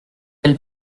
quel